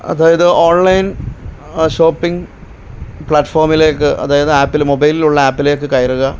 അതായത് online shopping പ്ലാറ്റ്ഫോമിലേക്ക് അതായത് ആപ്പിൽ മൊബൈലിലുള്ള ആപ്പിലേക്ക് കയറുക